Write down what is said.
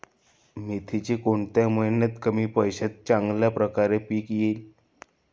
मेथीचे कोणत्या महिन्यात कमी पैशात चांगल्या प्रकारे पीक येईल?